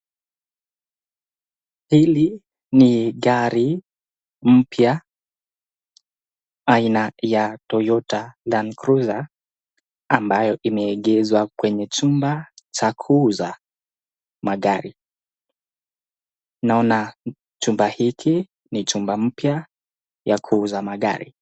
Hili ni gari mpya aina ya Toyota Landcruiser ambayo imeegezwa kwenye chumba cha kuuza magari. Ninaona chumba hiki ni chumba mpya ya kuuza magari.